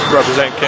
represent